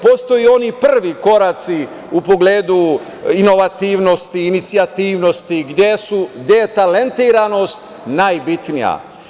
Postoje oni prvi koraci u pogledu inovativnosti, inicijativnosti, gde je talentiranost najbitnija.